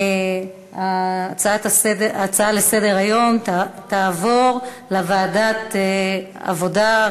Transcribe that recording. ההצעה לסדר-היום תועבר לוועדת העבודה,